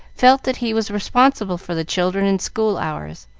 felt that he was responsible for the children in school hours,